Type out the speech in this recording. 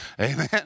Amen